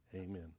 amen